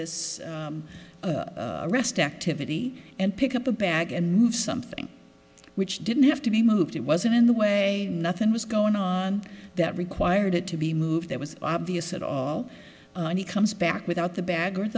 this rest activity and pick up a bag and move something which didn't have to be moved it wasn't in the way nothing was going on that required it to be moved there was obvious at all and he comes back without the bag or